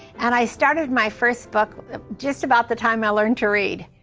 and i started my first book just about the time i learned to read.